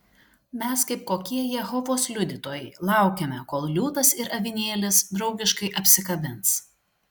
mes kaip kokie jehovos liudytojai laukiame kol liūtas ir avinėlis draugiškai apsikabins